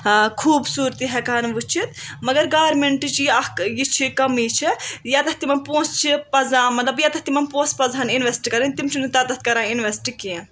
خوٗبصوٗرتی ہیکہٕ ہَن وٕچِھتھ مگر گارمٮ۪نٹٕچ یہِ اَکھ یہِ چھِ کٔمی چھِ ییٚتٮ۪تھ تِمن پونسہٕ چھِ پزان مطلب ییٚتٮ۪تھ تِمن پونسہٕ پزٕہن اِنویسٹ کَرٕنۍ تِم چھنہٕ تَتٮ۪تھ کَران اِنویسٹ کیٚنٛہہ